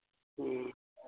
ꯎꯝ